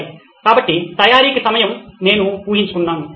సరే కాబట్టి తయారీకి సమయం నేను ఊహిస్తున్నాను